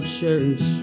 shirts